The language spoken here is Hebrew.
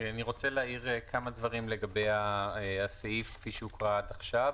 אני רוצה להעיר כמה דברים לגבי הסעיף כפי שהוקרא עד עכשיו.